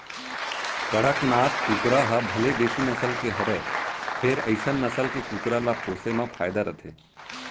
कड़कनाथ कुकरा ह भले देसी नसल के हरय फेर अइसन नसल के कुकरा ल पोसे म फायदा रथे